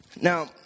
Now